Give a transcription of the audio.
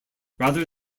rather